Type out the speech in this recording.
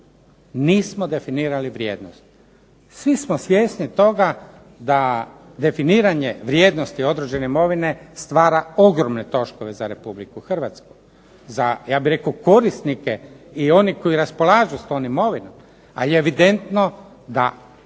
Nismo definirali vrijednost. Svi smo svjesni toga da definiranje vrijednosti određene imovine stvara ogromne troškove za RH, za ja bih rekao korisnike i one koji raspolažu s tom imovinom, ali evidentno da